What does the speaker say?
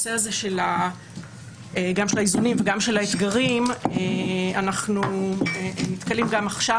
בנושא הזה גם של האיזונים וגם של האתגרים אנחנו נתקלים גם עכשיו,